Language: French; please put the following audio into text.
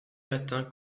matins